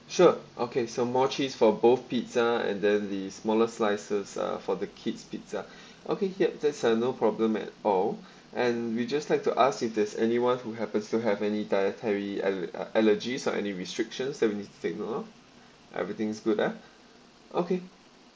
sure okay so more cheese for both pizza and then the smaller slices uh for the kids pizza okay yup that's uh no problem at all and we just like to ask if there's anyone who happens to have any dietary aller~ uh allergies or any restriction that we need take note of everything's good ah okay